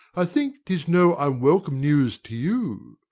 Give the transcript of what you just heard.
i think tis no unwelcome news to you.